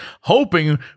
hoping